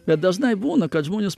bet dažnai būna kad žmonės